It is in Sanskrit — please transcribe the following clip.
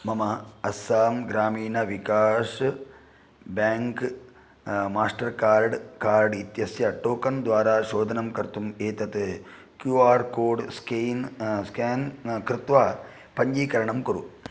मम Assam Gramin Vikas bank Mastercard card इत्यस्य टोकण् द्वारा शोधनं कर्तुम् एतत् Q R code scan scan कृत्वा पञ्जीकरणं कुरु